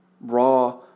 raw